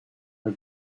her